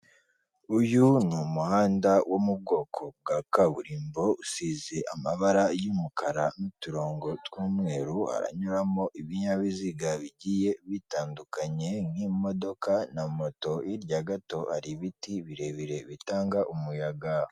Uyu ni umuhanda wo mu bwoko bwa kaburimbo, usize amabara y'umukara n'uturongo tw'umweru, haranyuramo ibinyabiziga bigiye bitandukanye nk'imodoka na moto, hirya gato hari ibiti birebire bitanga umuyaga.